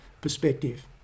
perspective